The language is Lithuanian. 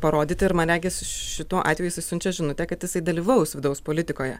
parodyti ir man regis šituo atveju jisai siunčia žinutę kad jisai dalyvaus vidaus politikoje